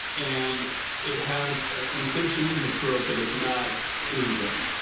and it has a sensation in the throat that is not pleasing.